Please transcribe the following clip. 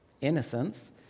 innocence